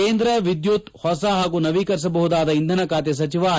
ಕೇಂದ್ರ ವಿದ್ಯುತ್ ಹೊಸ ಪಾಗೂ ನವೀಕರಿಸಬಹುದಾದ ಇಂಧನ ಖಾತೆ ಸಚಿವ ಆರ್